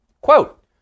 Quote